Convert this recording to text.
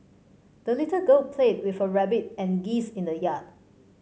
the little girl played with her rabbit and geese in the yard